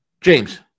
James